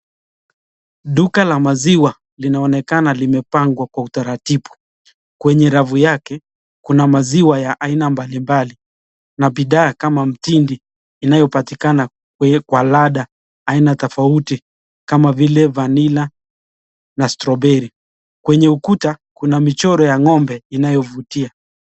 Duka la maziwa linaonekana limepangwa kwa utaratibu. Kwenye rafu yake kuna maziwa ya aina mbalimbali na bidhaa kama mtindi inayopatikana kwa ladha aina tofauti kama vile vanila na stroberi. Kwenye ukuta kuna michoro ya ng'ombe inayovutia.